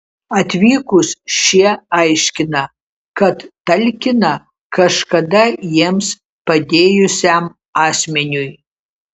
atvykus šie aiškina kad talkina kažkada jiems padėjusiam asmeniui